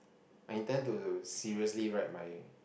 I intend to seriously write my